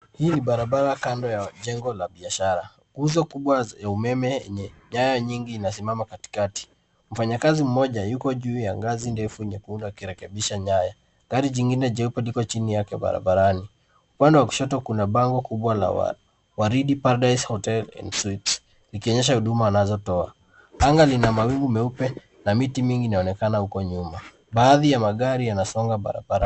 Hii ni barabara kando ya jengo la biashara nguzo kubwa zenye umeme yenye nyaya nyingi inasimama katikati. Mfanya kazi mmoja yuko juu ya ngazi ndefu nyekundu akirekebisha nyaya, Gari jingine jeupe liko chini yake kwa barabarani, upande wa kushoto kuna bango kubwa la Waridi paradise hotel and suites likionyesha huduma anazo toa. Anga lina mawingu meupe na miti mingi inaonekana huko nyuma. Baadhi ya magari yanasonga barabarani.